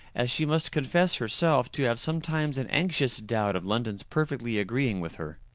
as she must confess herself to have sometimes an anxious doubt of london's perfectly agreeing with her.